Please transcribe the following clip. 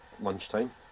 lunchtime